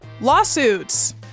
Lawsuits